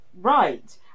right